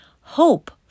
Hope